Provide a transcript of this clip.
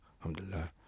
alhamdulillah